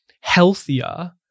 healthier